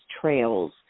trails